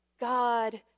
God